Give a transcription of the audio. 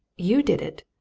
you did it!